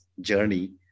journey